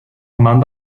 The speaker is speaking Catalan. amant